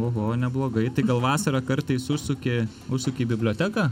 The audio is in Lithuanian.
oho neblogai tai gal vasarą kartais užsuki užsuki į biblioteką